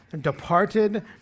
departed